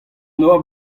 nor